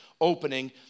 opening